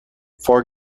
for